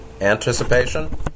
anticipation